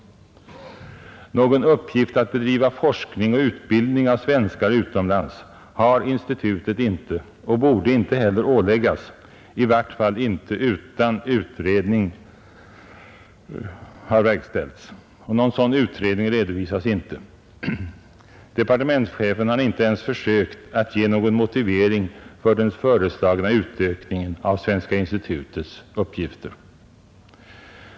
Någon uppgift att bedriva forskning och utbildning av svenskar utomlands har institutet inte och borde inte heller åläggas, i vart fall inte utan att utredning har verkställts. Någon sådan utredning redovisas inte. Departementschefen har inte ens försökt att ge någon motivering för den föreslagna utökningen av Svenska institutets uppgifter.